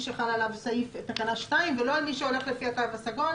חל עליו תקנה 2 ולא על מי שהולך לפי התו הסגול.